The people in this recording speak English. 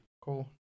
cool